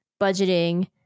budgeting